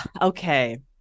okay